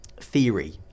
theory